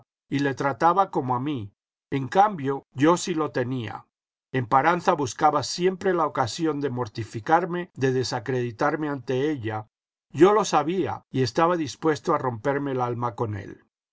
y le trataba como a mí en cambio yo sí lo tenía emparanza buscaba siempre la ocasión de mortificarme de desacreditarme ante ella yo lo sabía y estaba dispuesto a romperme el alma con él